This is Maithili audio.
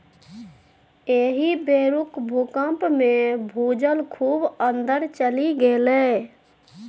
एहि बेरुक भूकंपमे भूजल खूब अंदर चलि गेलै